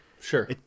Sure